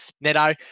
Neto